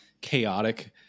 chaotic